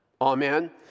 Amen